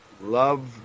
love